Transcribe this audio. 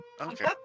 Okay